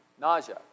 Nausea